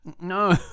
No